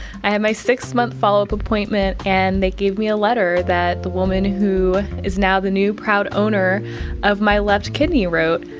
i had my six-month follow-up appointment. and they gave me a letter that the woman who is now the new proud owner of my left kidney wrote.